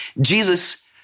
Jesus